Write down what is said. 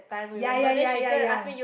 ya ya ya ya ya